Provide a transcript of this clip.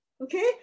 Okay